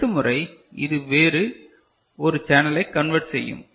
அடுத்த முறை இது வேறு ஒரு சேனலை கன்வெர்ட் செய்யும்